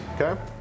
Okay